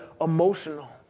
emotional